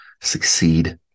succeed